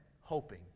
hoping